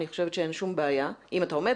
אני חושבת שאין שום בעיה -אם אתה עומד